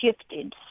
shifted